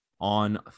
on